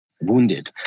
wounded